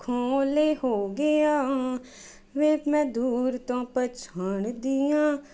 ਅੱਖੋਂ ਓਹਲੇ ਹੋ ਗਿਆ ਵੇ ਮੈਂ ਦੂਰ ਤੋਂ ਪਛਾਣਦੀ ਆਂ